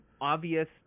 obvious